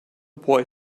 boy